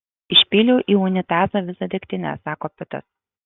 išpyliau į unitazą visą degtinę sako pitas